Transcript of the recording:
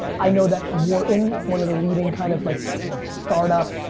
i know that warton, one of the leading kind of like startup,